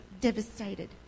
devastated